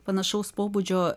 panašaus pobūdžio